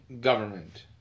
government